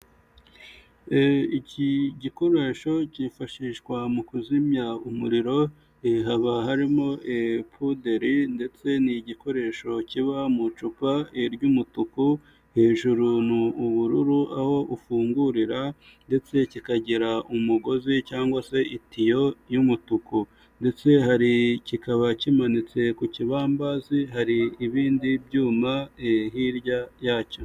Iki gikoresho cyifashishwa mu kuzimya umuriro haba harimo puderi ndetse ni igikoresho kiba mu icupa ry'umutuku hejuru, ni ubururu aho ufungurira ndetse kikagira umugozi cangwa se itiyo y'umutuku. Ndetse hari kikaba kimanitse ku kibambazi, hari ibindi byuma hirya yacyo.